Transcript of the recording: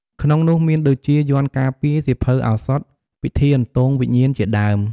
ក្នុងនោះមានដូចជា យ័ន្តការពារ សៀវភៅឱសថ ពិធីអន្ទងវិញ្ញាណជាដើម។